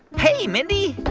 hey, mindy.